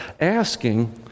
asking